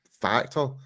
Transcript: factor